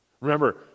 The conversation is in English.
Remember